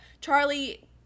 Charlie